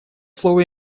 слово